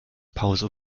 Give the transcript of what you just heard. pause